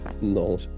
No